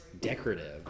decorative